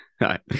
right